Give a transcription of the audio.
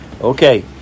Okay